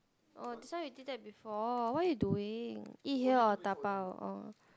oh this one we did that before what you doing eat here or dabao oh